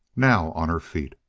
now on her feet.